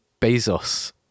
Bezos